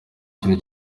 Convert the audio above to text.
kintu